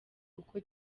uko